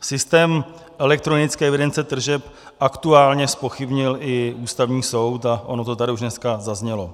Systém elektronické evidence tržeb aktuálně zpochybnil i Ústavní soud, ono to tady už dneska zaznělo.